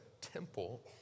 temple